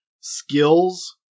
skills